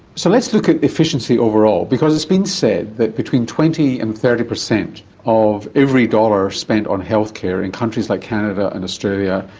so let's look at efficiency overall, because it's been said that between twenty percent and thirty percent of every dollar spent on healthcare in countries like canada and australia,